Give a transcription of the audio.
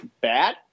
bad